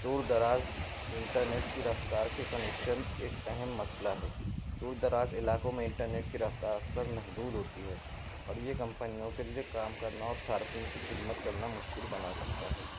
دور دراز انٹرنیٹ کی رفتار کے کنیکشن ایک اہم مسئلہ ہے دوردراز علاقوں میں انٹرنیٹ کی رفتار اکثر محدود ہوتی ہے اور یہ کمپنیوں کے لیے کام کرنا اور صارفین کی خدمت کرنا مشکل بنا سکتا ہے